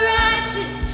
righteous